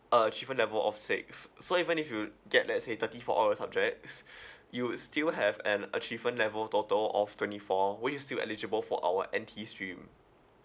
achievement level of six so even if you get let's say thirty for all your subjects you would still have an achievement level total of twenty four were you still eligible for our N_T stream